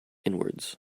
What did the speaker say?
inwards